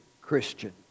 Christian